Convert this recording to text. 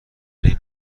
این